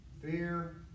Fear